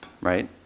right